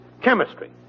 chemistry